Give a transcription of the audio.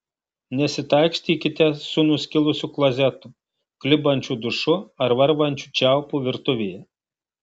nesitaikstykite su nuskilusiu klozetu klibančiu dušu ar varvančiu čiaupu virtuvėje